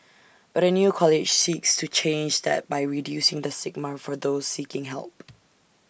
but A new college seeks to change that by reducing the stigma for those seeking help